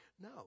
No